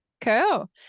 Cool